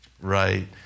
right